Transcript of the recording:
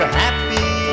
happy